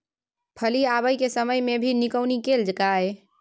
फली आबय के समय मे भी निकौनी कैल गाय?